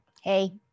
hey